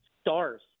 stars